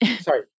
Sorry